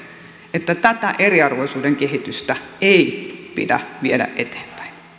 että tätä eriarvoisuuden kehitystä ei pidä viedä eteenpäin